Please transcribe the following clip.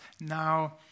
now